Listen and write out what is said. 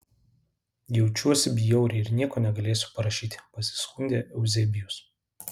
jaučiuosi bjauriai ir nieko negalėsiu parašyti pasiskundė euzebijus